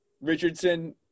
Richardson